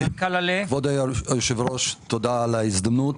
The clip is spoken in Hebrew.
כבוד היושב ראש, תודה על ההזדמנות.